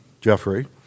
Jeffrey